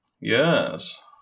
Yes